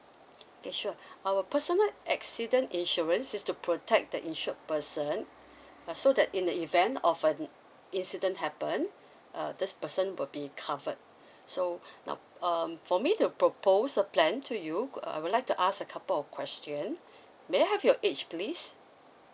K sure our personal accident insurance is to protect the insured person uh so that in the event of an incident happen uh this person will be covered so now um for me to propose a plan to you uh I would like to ask a couple of question may I have your age please